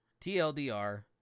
TLDR